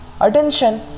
Attention